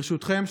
ברשותכם,